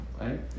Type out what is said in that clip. right